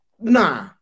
Nah